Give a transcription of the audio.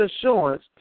assurance